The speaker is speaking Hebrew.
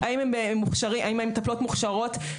האם הן מטפלות מוכשרות?